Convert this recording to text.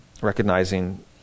Recognizing